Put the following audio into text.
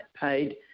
paid